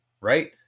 right